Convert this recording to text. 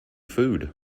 food